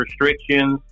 restrictions